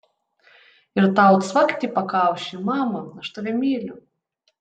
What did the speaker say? ir tau cvakt į pakaušį mama aš tave myliu